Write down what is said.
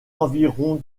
environs